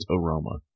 aroma